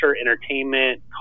entertainment